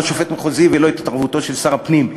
לא שופט מחוזי ולא התערבות של שר הפנים.